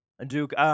Duke